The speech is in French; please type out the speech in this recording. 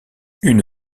une